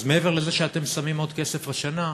ומעבר לזה שאתם שמים עוד כסף השנה,